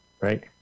right